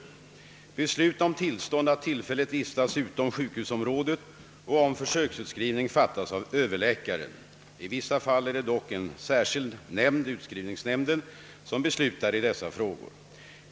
: a Beslut om tillstånd att tillfälligt vistas utom sjukhusområdet och om försöksutskrivning fattas av överläkaren. I vissa fall är det dock en särskild. nämnd, utskrivningsnämnden, som beslutar i dessa frågor.